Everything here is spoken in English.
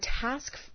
task